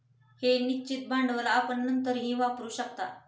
हे निश्चित भांडवल आपण नंतरही वापरू शकता